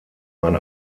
ein